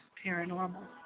paranormal